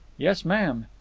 yes, ma'am.